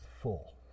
full